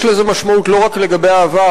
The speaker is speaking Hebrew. יש לזה משמעות לא רק לגבי העבר,